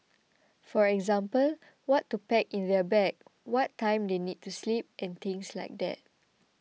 for example what to pack in their bag what time they need to sleep and things like that